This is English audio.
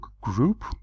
group